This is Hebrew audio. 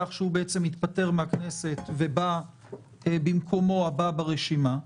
כך שהוא יתפטר מהכנסת ובא במקומו הבא ברשימה.